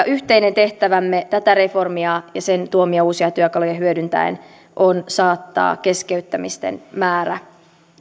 yhteinen tehtävämme tätä reformia ja sen tuomia uusia työkaluja hyödyntäen on saattaa keskeyttämisten määrä